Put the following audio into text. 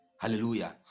Hallelujah